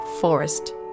forest